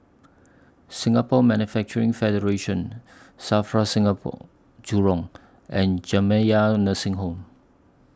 Singapore Manufacturing Federation SAFRA Singapore Jurong and Jamiyah Nursing Home